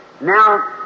Now